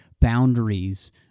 boundaries